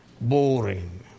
boring